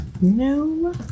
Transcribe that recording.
No